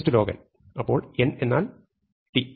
അപ്പോൾ n എന്നാൽ t